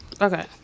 Okay